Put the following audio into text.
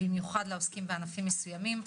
ובמיוחד לעוסקים בענפים מסוימים.